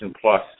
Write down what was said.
plus